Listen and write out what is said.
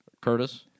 Curtis